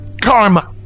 karma